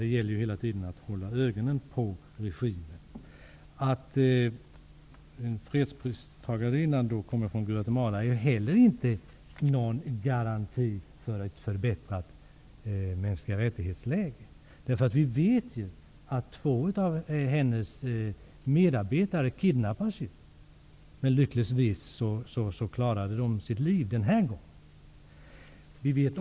Inte heller är det förhållandet att fredspristagarinnan kommer från Guatemala någon garanti för ett förbättrat läge beträffande de mänskliga rättigheterna. Vi vet att två av hennes medarbetare kidnappades, men lyckligtvis klarade de sitt liv den här gången.